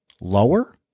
lower